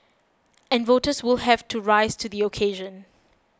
and voters will have to rise to the occasion